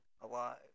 alive